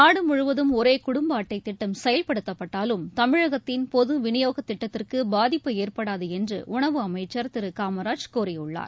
நாடு முழுவதும் ஒரே குடும்ப அட்டை திட்டம் செயல்படுத்தப்பட்டாலும் தமிழகத்தின் பொது வினியோக திட்டத்திற்கு பாதிப்பு ஏற்படாது என்று உணவு அமைச்சர் திரு காமராஜ் கூறியுள்ளார்